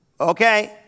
Okay